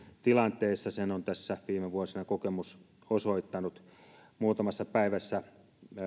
tilanteissa sen on tässä viime vuosina kokemus osoittanut muutamassa päivässä